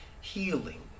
healing